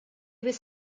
was